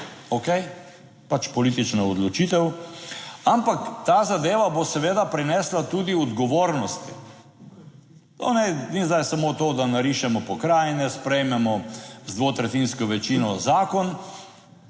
Okej, pač politična odločitev, ampak ta zadeva bo seveda prinesla tudi odgovornosti. To naj, ni zdaj samo to, da narišemo pokrajine sprejmemo z dvotretjinsko večino zakon,